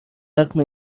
رغم